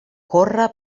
corre